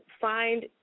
find